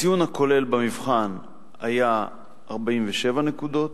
הציון הכולל במבחן היה 47 נקודות,